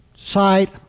site